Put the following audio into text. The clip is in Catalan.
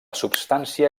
substància